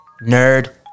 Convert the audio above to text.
nerd